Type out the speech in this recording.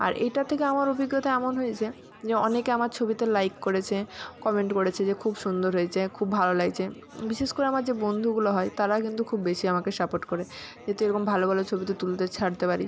আর এইটা থেকে আমার অভিজ্ঞতা এমন হয়েছে যে অনেকে আমার ছবিতে লাইক করেছে কমেন্ট করেছে যে খুব সুন্দর হয়েছে খুব ভালো লাগছে বিশেষ করে আমার যে বন্ধুগুলো হয় তারা কিন্তু খুব বেশি আমাকে সাপোর্ট করে যে তুই এরকম ভালো ভালো ছবি তো তুলতে ছাড়তে পারিস